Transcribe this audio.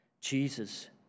Jesus